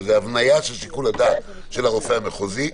זאת הבניה של שיקול הדעת של הרופא המחוזי,